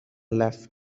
left